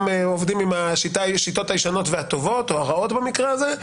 עובדים עם השיטות הישנות והטובות או הרעות במקרה הזה,